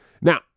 Now